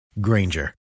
Granger